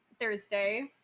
Thursday